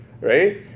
right